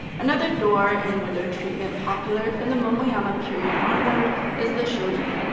another door and window treatment popular from the momoyama period onward is the shoji.